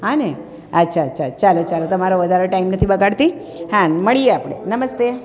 હાને અચ્છા અચ્છા ચાલો ચાલો તમારો વધારે ટાઈમ નથી બગાડતી હાં મળીએ આપણે નમસ્તે